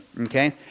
Okay